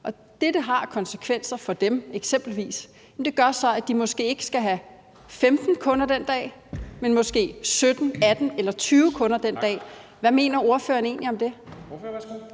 og det, det har af konsekvenser for eksempelvis dem, er, at de måske ikke skal have 15 kunder, men måske 17, 18 eller 20 kunder den dag. Hvad mener ordføreren egentlig om det?